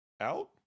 out